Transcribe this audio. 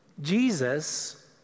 Jesus